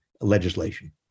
legislation